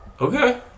Okay